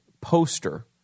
poster